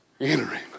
Entering